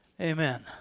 Amen